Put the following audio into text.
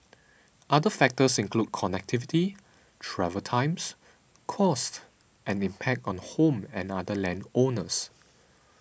other factors include connectivity travel times costs and impact on home and other land owners